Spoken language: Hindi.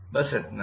बस इतना ही